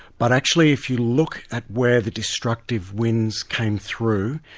but actually if you look at where the destructive winds came through,